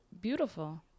Beautiful